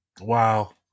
wow